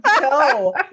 No